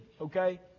Okay